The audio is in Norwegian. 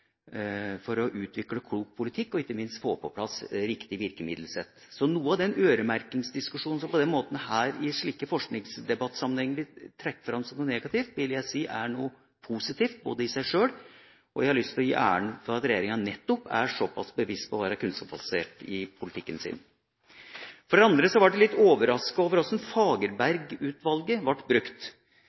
for å utvikle klok politikk og ikke minst få på plass riktig virkemiddelsett. Så noe av den øremerkingsdiskusjonen som på den måten her, i slike forskningsdebattsammenhenger, blir trukket fram som noe negativt, vil jeg si er noe positivt i sjøl, og jeg har lyst til å gi regjeringa æren for at den nettopp er såpass bevisst på å være kunnskapsbasert i politikken sin. For det andre ble jeg litt overrasket over hvordan Fagerberg-utvalget ble brukt,